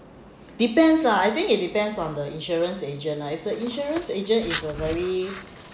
depends lah I think it depends on the insurance agent lah if the insurance agent is a very